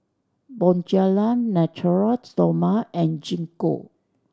Bonjela Natura Stoma and Gingko